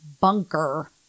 bunker